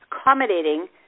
accommodating